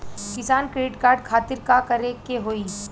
किसान credit card खातिर का करे के होई?